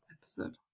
episode